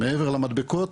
מעבר למדבקות,